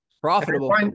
Profitable